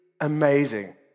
amazing